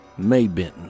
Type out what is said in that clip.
Maybenton